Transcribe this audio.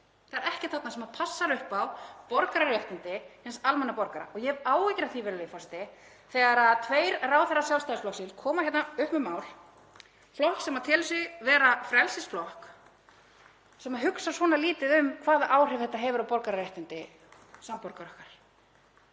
Það er ekkert þarna sem passar upp á borgararéttindi hins almenna borgara. Ég hef áhyggjur af því, virðulegi forseti, þegar tveir ráðherrar Sjálfstæðisflokksins koma hingað upp með mál, flokks sem telur sig vera frelsisflokk, sem hugsar svona lítið um hvaða áhrif þetta hefur á borgararéttindi samborgara okkar.